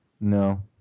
No